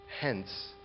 hence